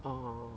oh